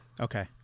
Okay